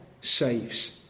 saves